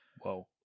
whoa